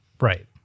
Right